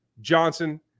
Johnson